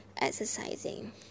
exercising